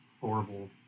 horrible